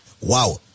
Wow